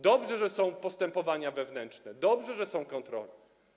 Dobrze, że są postępowania wewnętrzne, dobrze, że są kontrole.